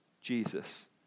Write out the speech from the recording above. Jesus